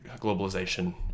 Globalization